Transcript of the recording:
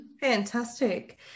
Fantastic